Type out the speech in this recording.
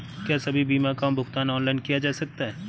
क्या सभी बीमा का भुगतान ऑनलाइन किया जा सकता है?